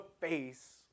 face